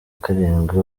karindwi